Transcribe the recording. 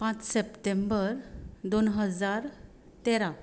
पांच सप्टेंबर दोन हजार तेरा